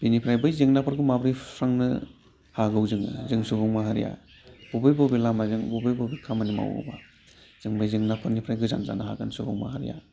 बेनिफ्राय बै जेंनाफोरखौ माबोरै सुस्रांनो हागौ जोङो जों सुबुं माहारिया बबे बबे लामाजों बबे बबे खामानि मावोब्ला जों बै जेंनाफोरनिफ्राय गोजान जानो हागोन सुबुं माहारिया